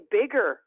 bigger